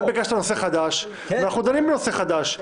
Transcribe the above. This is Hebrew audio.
אתה ביקשת נושא חדש ואנחנו דנים בנושא חדש.